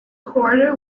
corridor